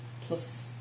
plus